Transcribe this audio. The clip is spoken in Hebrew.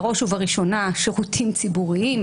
בראש ובראשונה שירותים ציבוריים,